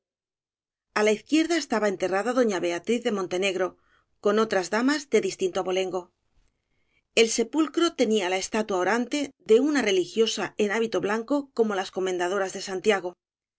guerrero a la izquierda estaba enterrada doña beatriz de montene gro con otras damas de distinto abolengo el sepulcro tenía la estatua orante de una religiosa en hábito blanco como las comen dadoras de santiago